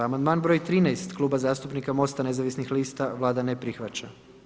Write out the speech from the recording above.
Amandman broj 13 Kluba zastupnika Mosta nezavisnih lista, Vlada ne prihvaća.